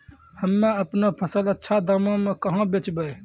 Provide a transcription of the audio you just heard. हम्मे आपनौ फसल अच्छा दामों मे कहाँ बेचबै?